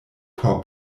por